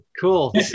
cool